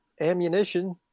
ammunition